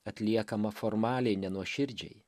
atliekama formaliai nenuoširdžiai